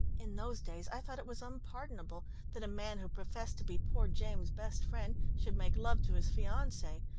in those days i thought it was unpardonable that a man who professed to be poor james's best friend, should make love to his fiancee,